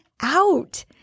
out